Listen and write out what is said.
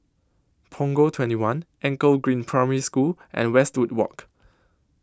Punggol twenty one Anchor Green Primary School and Westwood Walk